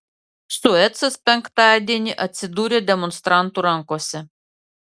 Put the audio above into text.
suecas penktadienį atsidūrė demonstrantų rankose